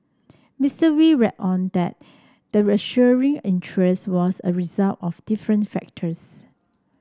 Mister Wee reckoned that the ensuing interest was a result of different factors